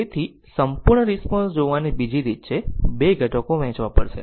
તેથી સંપૂર્ણ રિસ્પોન્સ જોવાની બીજી રીત છે બે ઘટકો વહેંચવા પડશે